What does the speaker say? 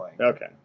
Okay